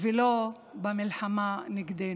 ולא במלחמה נגדנו.